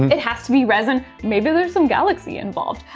it has to be resin. maybe there's some galaxy involved.